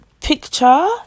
picture